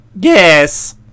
Yes